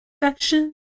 perfection